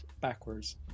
backwards